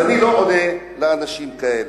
אני לא עונה לאנשים כאלה.